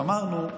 ואמרנו,